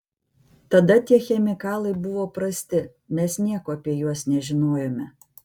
tada tie chemikalai buvo prasti mes nieko apie juos nežinojome